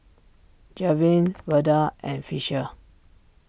Javen Verda and Fisher